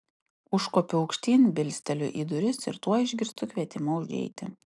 užkopiu aukštyn bilsteliu į duris ir tuoj išgirstu kvietimą užeiti